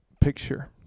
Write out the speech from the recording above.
picture